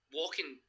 walking